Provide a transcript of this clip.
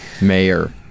mayor